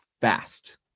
fast